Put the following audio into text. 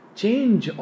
change